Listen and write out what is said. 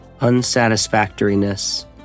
unsatisfactoriness